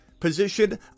position